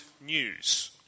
news